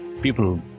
People